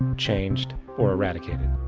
changed or irradicated.